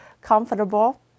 comfortable